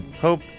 Hope